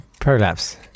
prolapse